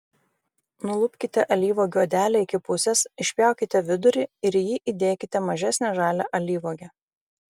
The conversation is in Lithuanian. nulupkite alyvuogių odelę iki pusės išpjaukite vidurį ir į jį įdėkite mažesnę žalią alyvuogę